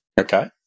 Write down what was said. Okay